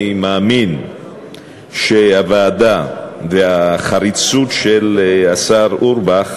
אני מאמין שהוועדה והחריצות של השר אורבך,